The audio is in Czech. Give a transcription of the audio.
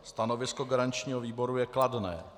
Stanovisko garančního výboru je kladné.